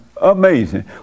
Amazing